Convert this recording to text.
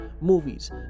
movies